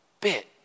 bit